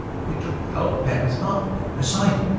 you took caleb patten's fountain pen! i saw you.